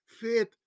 faith